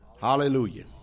Hallelujah